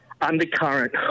undercurrent